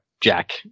Jack